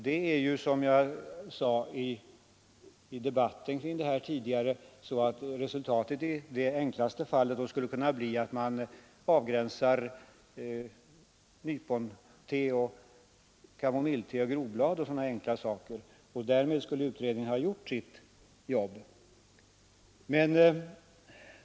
Det är, som jag sade i debatten kring detta tidigare, så att resultatet i det enklaste fallet skulle kunna bli att man avgränsar nyponte, kamomillte, groblad och sådana enkla saker, och därmed skulle utredningen ha gjort sitt jobb.